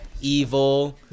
evil